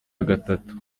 gatatu